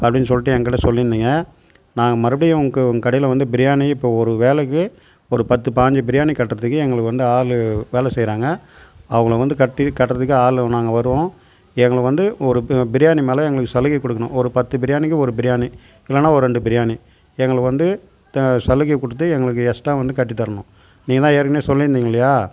அப்படினு சொல்லிட்டு எங்க கிட்ட சொல்லியிருந்திங்க நாங்கள் மறுபடியும் உங்கள் கடையில் வந்து பிரியாணி இப்போது ஒரு வேலைக்கு ஒரு பத்து பாஞ்சு பிரியாணி கட்டுறதுக்கு எங்களுக்கு வந்து ஆள் வேலை செய்கிறாங்க அவ்வளோ வந்து கட்டி கட்டுறதுக்கு ஆள் நாங்கள் வருவோம் எங்களுக்கு வந்து ஒரு பிரியாணி மேலே எங்களுக்கு சலுகை கொடுக்கணும் ஒரு பத்து பிரியாணிக்கு ஒரு பிரியாணி இல்லைன்னா ஒரு ரெண்டு பிரியாணி எங்களுக்கு வந்து தி சலுகை கொடுத்து எங்களுக்கு எக்ஸ்டராக வந்து கட்டித் தரணும் நீங்கள் தான் ஏற்கனவே சொல்லியிருந்திங்கல்லையா